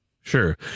Sure